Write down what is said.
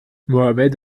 mohamed